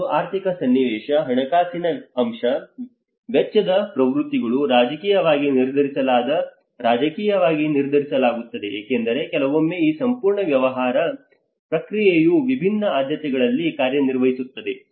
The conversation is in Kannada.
ಮತ್ತು ಆರ್ಥಿಕ ಸನ್ನಿವೇಶ ಹಣಕಾಸಿನ ಅಂಶ ವೆಚ್ಚದ ಪ್ರವೃತ್ತಿಗಳು ರಾಜಕೀಯವಾಗಿ ನಿರ್ಧರಿಸಲಾದ ರಾಜಕೀಯವಾಗಿ ನಿರ್ಧರಿಸಲಾಗುತ್ತದೆ ಏಕೆಂದರೆ ಕೆಲವೊಮ್ಮೆ ಈ ಸಂಪೂರ್ಣ ವ್ಯವಹಾರ ಪ್ರಕ್ರಿಯೆಯು ವಿಭಿನ್ನ ಆದ್ಯತೆಗಳಲ್ಲಿ ಕಾರ್ಯನಿರ್ವಹಿಸುತ್ತದೆ